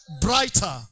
brighter